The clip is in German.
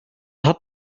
hat